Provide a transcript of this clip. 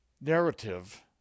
narrative